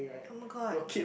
[oh]-my-god